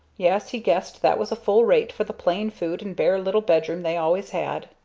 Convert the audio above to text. yes, he guessed that was a full rate for the plain food and bare little bedroom they always had.